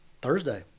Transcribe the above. Thursday